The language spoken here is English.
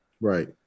Right